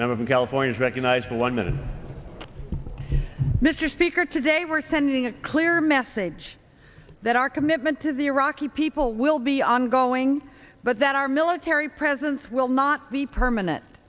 member from california recognized one minute mr speaker today are sending a clear message that our commitment to the iraqi people will be ongoing but that our military presence will not be permanent